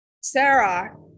Sarah